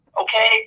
okay